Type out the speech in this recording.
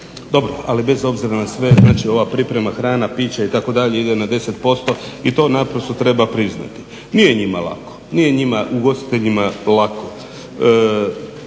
Dobro, ali bez obzira na sve znači ova priprema hrana, pića itd. ide na 10% i to naprosto treba priznati. Nije njima lako, nije njima, ugostiteljima, lako.